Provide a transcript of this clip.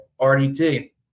RDT